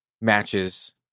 matches